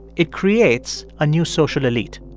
it creates a new social elite